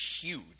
huge